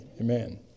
Amen